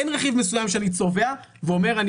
אין רכיב מסוים שאני צובע ואומר שאני